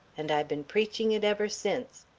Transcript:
and i been preaching it ever since.